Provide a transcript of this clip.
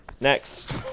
next